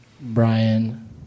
Brian